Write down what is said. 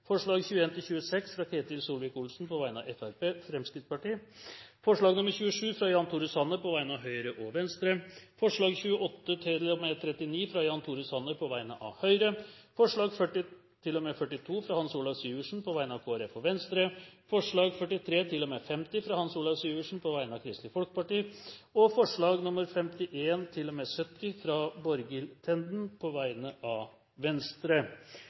forslag nr. 27, fra Jan Tore Sanner på vegne av Høyre og Venstre forslagene nr. 28–39, fra Jan Tore Sanner på vegne av Høyre forslagene nr. 40–42, fra Hans Olav Syversen på vegne av Kristelig Folkeparti og Venstre forslagene nr. 43–50, fra Hans Olav Syversen på vegne av Kristelig Folkeparti forslagene nr. 51–70, fra Borghild Tenden på vegne av Venstre